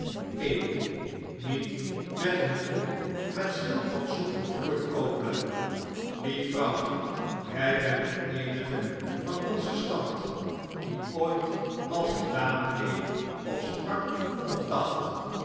emmy niet met een troep met schildpadsoep gevoede kooplui lief vrouwtje jij bent de eenige van onzen stand die ooit als een dame keek of sprak of dacht